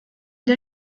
der